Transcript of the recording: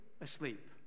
asleep